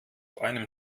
einem